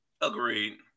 Agreed